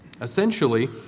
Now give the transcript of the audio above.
Essentially